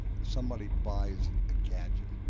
somebody buys a gadget,